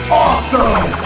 awesome